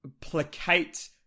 placate